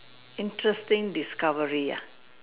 interesting discovery ah